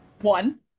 one